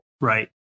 right